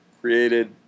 created